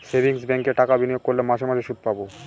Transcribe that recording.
savings ব্যাঙ্কে টাকা বিনিয়োগ করলে মাসে মাসে শুদ পাবে